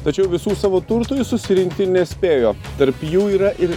tačiau visų savo turtų jis susirinkti nespėjo tarp jų yra ir